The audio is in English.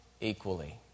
equally